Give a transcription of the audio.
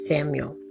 Samuel